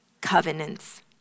Covenants